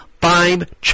five